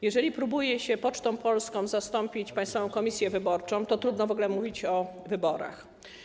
Jeżeli próbuje się Pocztą Polską zastąpić Państwową Komisję Wyborczą, to trudno w ogóle mówić o wyborach.